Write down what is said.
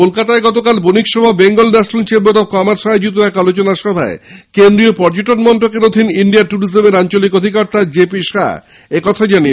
কলকাতায় গতকাল বণিকসভা Bengal national chamber of commerce আয়োজিত এক আলোচনা সভায় কেন্দ্রীয় পর্যটন মন্ত্রকের অধীন ইন্ডিয়া টুরিজমের আঞ্চলিক অধিকর্তা জে পি শাহ্ একথা জানান